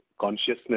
consciousness